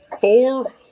Four